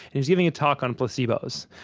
and he's giving a talk on placebos.